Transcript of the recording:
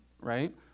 right